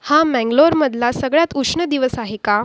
हा मेंगलोरमधला सगळ्यात उष्ण दिवस आहे का